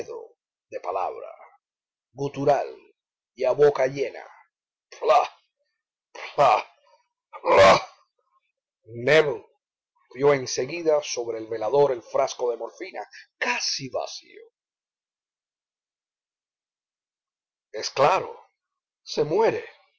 de palabra gutural y a boca llena pla pla pla nébel vió en seguida sobre el velador el frasco de morfina casi vacío es claro se muere